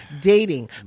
dating